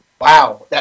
Wow